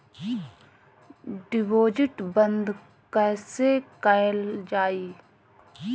Deposit बंद कैसे कैल जाइ?